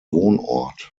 wohnort